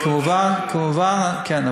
כן,